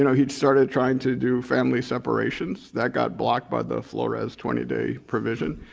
you know, he started trying to do family separations. that got blocked by the flores twenty day provision.